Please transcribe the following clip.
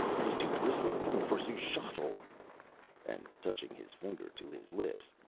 it is too grisly, even for xuchotl! and touching his finger to his lips,